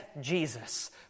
Jesus